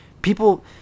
People